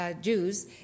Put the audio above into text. Jews